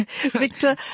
Victor